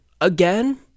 again